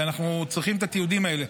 ואנחנו צריכים את התיעודים האלה.